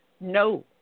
no